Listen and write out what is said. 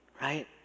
right